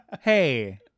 Hey